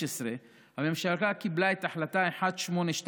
כשהמשפחה גדלה, אין להם, כפשוטו, מרחב מחיה מתאים.